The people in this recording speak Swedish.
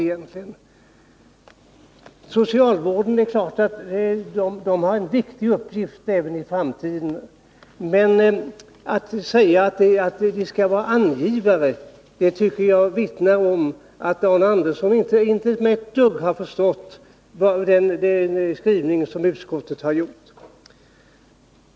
Det är klart att socialvårdarna har en viktig uppgift även i framtiden. Men när Arne Andersson säger att de skall vara angivare, tycker jag det vittnar om att han inte har förstått ett dugg av utskottets skrivning.